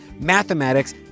mathematics